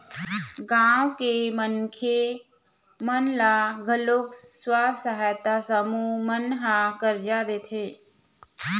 गाँव के मनखे मन ल घलोक स्व सहायता समूह मन ह करजा देथे